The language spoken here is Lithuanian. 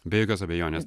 be jokios abejonės